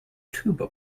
tuba